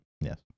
Yes